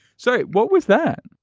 sorry, what was that?